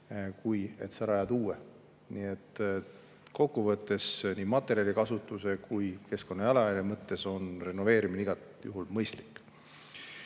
kui et sa rajad uue. Nii et kokkuvõttes nii materjalikasutuse kui ka keskkonnajalajälje mõttes on renoveerimine igal juhul mõistlik.